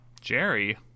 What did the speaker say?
Jerry